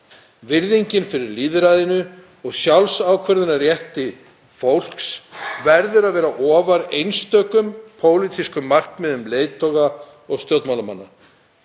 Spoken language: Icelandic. Virðingin fyrir lýðræðinu og sjálfsákvörðunarrétti fólks verður að vera ofar einstökum pólitískum markmiðum leiðtoga og stjórnmálamanna.